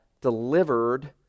delivered